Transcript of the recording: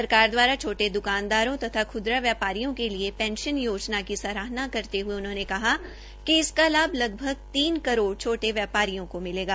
सरकार द्वारा छोटे द्कानदारों तथा ख्दरा व्यापारियों के लिये पेंशन योजना की सराहना करते हये कहा कि इसका लाभ लगभग तीन करोड़ छोटे व्यापारियों को मिलेगा